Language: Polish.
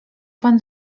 pan